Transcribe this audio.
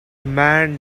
man